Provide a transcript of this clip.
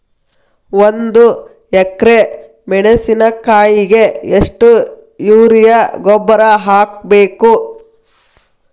ಒಂದು ಎಕ್ರೆ ಮೆಣಸಿನಕಾಯಿಗೆ ಎಷ್ಟು ಯೂರಿಯಾ ಗೊಬ್ಬರ ಹಾಕ್ಬೇಕು?